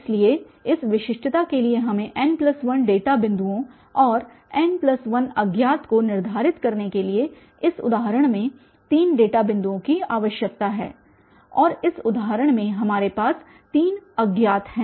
इसलिए इस विशिष्टता के लिए हमें n1 डेटा बिंदुओं और n1 अज्ञात को निर्धारित करने के लिए इस उदाहरण में तीन डेटा बिंदुओं की आवश्यकता है और इस उदाहरण में हमारे पास तीन अज्ञात हैं